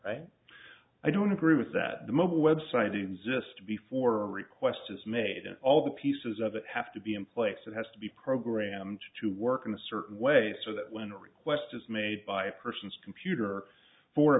i don't agree with that the mobile web site existed before request is made and all the pieces of it have to be in place it has to be programmed to work in a certain way so that when a request is made by a person's computer for a